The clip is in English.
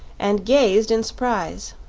and gazed in surprise.